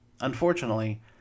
Unfortunately